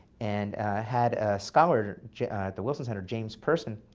and had a scholar at the wilson center, james person,